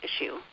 issue